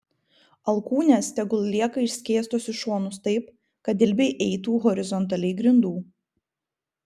alkūnės tegul lieka išskėstos į šonus taip kad dilbiai eitų horizontaliai grindų